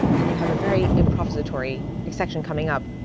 then you have a very improvisatory section coming up.